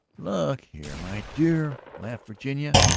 look here, my dear, laughed virginia,